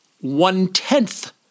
one-tenth